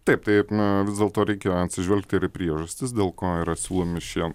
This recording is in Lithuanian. taip taip na vis dėlto reikia atsižvelgti ir į priežastis dėl ko yra siūlomi šie